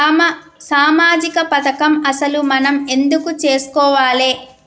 సామాజిక పథకం అసలు మనం ఎందుకు చేస్కోవాలే?